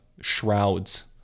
shrouds